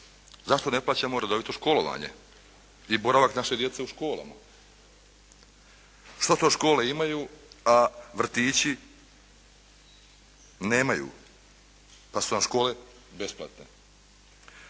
zašto ne plaćamo redovito školovanje gdje je boravak naše djece u školama? Što to škole imaju, a vrtići nemaju, pa su nam škole besplatne?